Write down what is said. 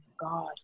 god